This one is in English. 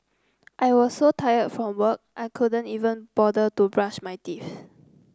I was so tired from work I couldn't even bother to brush my teeth